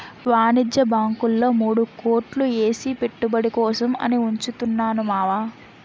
వాణిజ్య బాంకుల్లో మూడు కోట్లు ఏసి పెట్టుబడి కోసం అని ఉంచుతున్నాను మావా